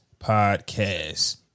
Podcast